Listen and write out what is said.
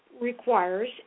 requires